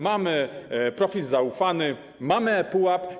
Mamy profil zaufany, mamy ePUAP.